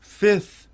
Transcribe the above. fifth